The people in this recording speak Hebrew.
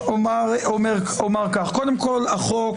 קודם כל,